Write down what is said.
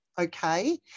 okay